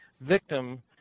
victim